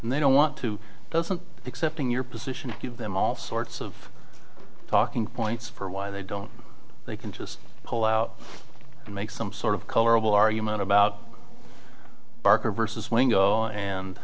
and they don't want to doesn't except in your position give them all sorts of talking points for why they don't they can just pull out and make some sort of colorable argument about barker versus swingle and